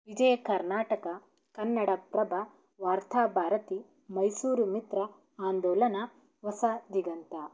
ವಿಜಯಕರ್ನಾಟಕ ಕನ್ನಡಪ್ರಭ ವಾರ್ತಾಭಾರತಿ ಮೈಸೂರುಮಿತ್ರ ಆಂದೋಲನ ಹೊಸ ದಿಗಂತ